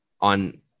on